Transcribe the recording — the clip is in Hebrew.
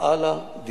קראה לו,